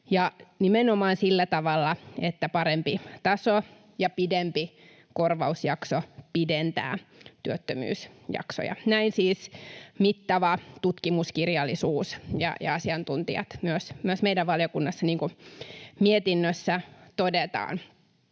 nimenomaan sillä tavalla, että parempi taso ja pidempi korvausjakso pidentävät työttömyysjaksoja — näin siis mittava tutkimuskirjallisuus ja asiantuntijat myös meidän valiokunnassamme, niin kuin mietinnössä todetaan.